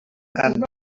and